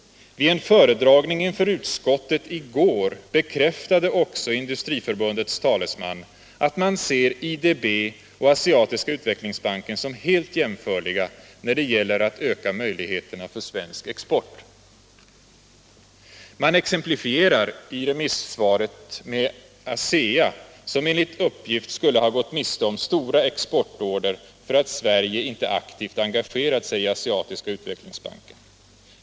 Vid en föredragning inför utskottet i går bekräftade också Industriförbundets talesman att man ser IDB och Asiatiska utvecklingsbanken som helt jämförliga, när det gäller att öka möjligheterna för svensk export. Man exemplifierar i remissvaret med ASEA, som enligt uppgift skulle ha gått miste om stora exportorder för att Sverige inte aktivt engagerat sig i Asiatiska utvecklingsbanken.